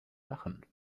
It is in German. lachen